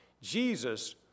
Jesus